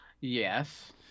Yes